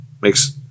makes